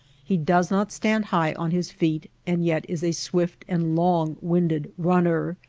he does not stand high on his feet and yet is a swift and long-winded runner.